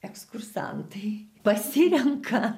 ekskursantai pasirenka